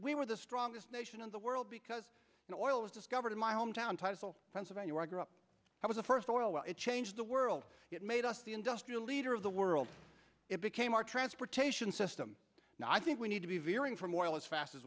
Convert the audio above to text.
we were the strongest nation in the world because you know oil was discovered in my hometown title pennsylvania where i grew up i was the first oil well it changed the world it made us the industrial leader of the world it became our transportation system and i think we need to be veering from oil as fast as